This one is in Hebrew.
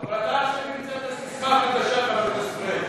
אבל אתה עכשיו המצאת ססמה חדשה, חבר הכנסת פריג'.